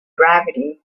gravity